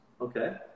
okay